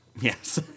Yes